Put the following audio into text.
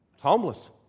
homeless